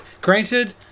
granted